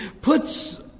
puts